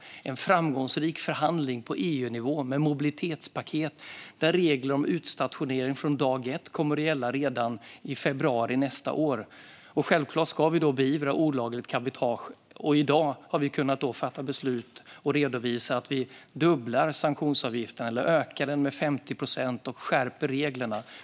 Det är en framgångsrik förhandling på EU-nivå med mobilitetspaket där regler om utstationering från dag ett kommer att gälla redan i februari nästa år. Självklart ska vi då beivra olagligt cabotage. I dag har vi kunnat fatta beslut och redovisat att vi dubblar sanktionsavgifterna - ökar dem med 50 procent - och skärper reglerna.